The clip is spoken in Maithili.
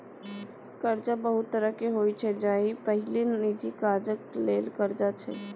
करजा बहुत तरहक होइ छै जाहि मे पहिल निजी काजक लेल करजा छै